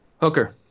hooker